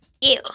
Ew